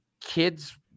kids